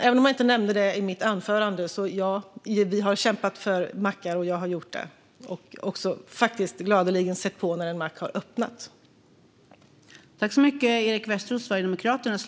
Även om jag inte nämnde det i mitt anförande har jag, och vi, kämpat för mackar och gladeligen sett när en mack har öppnats.